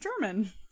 German